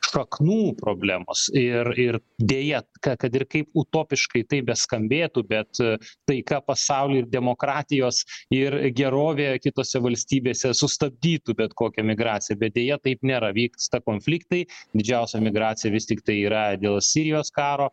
šaknų problemos ir ir deja ka kad ir kaip utopiškai tai beskambėtų bet taika pasauly demokratijos ir gerovė kitose valstybėse sustabdytų bet kokią migraciją bet deja taip nėra vyksta konfliktai didžiausia migracija vis tiktai yra dėl sirijos karo